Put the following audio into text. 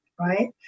Right